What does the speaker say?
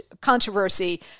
controversy